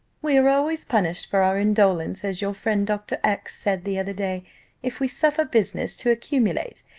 we are always punished for our indolence, as your friend dr. x said the other day if we suffer business to accumulate,